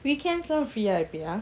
weekends lah free ah இருப்பியா:irupia